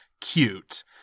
cute